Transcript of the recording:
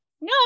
No